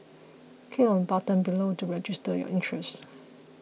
click on the button below to register your interest